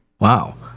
Wow